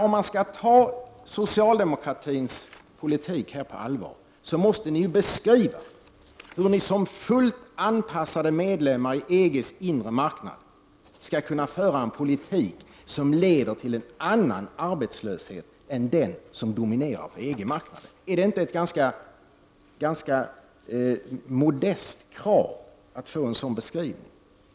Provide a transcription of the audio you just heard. Om man skall ta socialdemokratins politik här på allvar, måste ni beskriva hur Sverige som fullt anpassad medlem i EG:s inre marknad skall kunna föra en politik som leder till en annan arbetslöshet än den som dominerar inom EG. Är det inte ett ganska modest krav att få en sådan beskrivning?